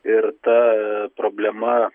ir ta problema